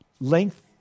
length